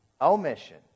omission